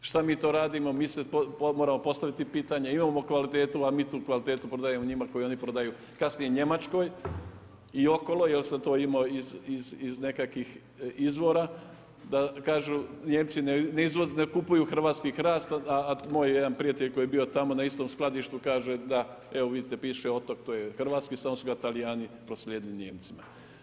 Šta mi to radimo, mi si moramo postaviti pitanje, imamo kvalitetu a mi tu kvalitetu prodajemo njima koji oni prodaju kasnije Njemačkoj i okolo jer sam to imao iz nekakvih izvora, da kažu Nijemci ne kupuju hrvatski hrast a moj jedan prijatelj koji je bio na istom skladištu kaže da evo vidite piše Otok, to je hrvatski, samo su ga Talijani proslijedili Nijemcima.